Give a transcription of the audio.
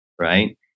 right